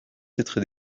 titre